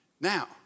Now